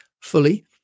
fully